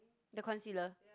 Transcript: the concealer